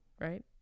right